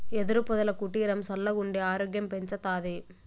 యెదురు పొదల కుటీరం సల్లగుండి ఆరోగ్యం పెంచతాది